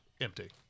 empty